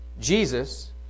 Jesus